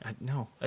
No